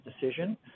decision